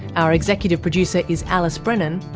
our executive producer is alice brennan.